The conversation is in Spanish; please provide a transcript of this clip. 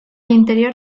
interior